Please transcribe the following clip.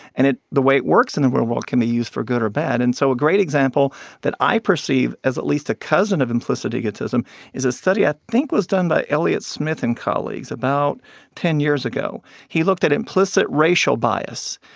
and it the way it works in the real world can be used for good or bad and so a great example that i perceive as at least a cousin of implicit egotism is a study i think was done by eliot smith and colleagues about ten years ago. he looked at implicit racial bias.